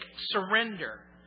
surrender